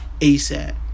ASAP